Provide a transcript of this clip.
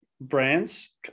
brands